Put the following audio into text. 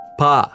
pa